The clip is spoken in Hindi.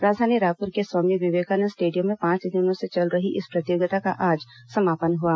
राजधानी रायपुर के स्वामी विवेकानंद स्टेडियम में पांच दिनों से चल रही इस प्रतियोगिता का आज समापन हुआ